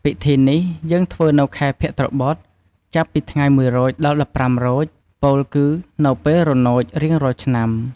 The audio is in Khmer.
ពិធីនេះយើងធ្វើនៅខែភទ្របទ ចាប់ពីថ្ងៃ១រោច ដល់១៥រោច ពោលគឺនៅពេលរនោច រៀងរាល់ឆ្នាំ។